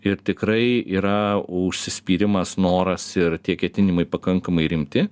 ir tikrai yra užsispyrimas noras ir tie ketinimai pakankamai rimti